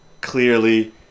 clearly